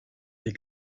des